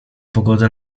pogodę